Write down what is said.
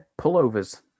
pullovers